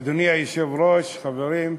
אדוני היושב-ראש, חברים,